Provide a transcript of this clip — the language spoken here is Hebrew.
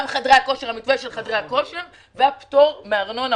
גם המתווה של חדרי הכושר וההקלה מהארנונה